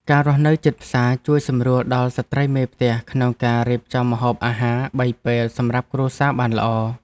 ការរស់នៅជិតផ្សារជួយសម្រួលដល់ស្ត្រីមេផ្ទះក្នុងការរៀបចំម្ហូបអាហារបីពេលសម្រាប់គ្រួសារបានល្អ។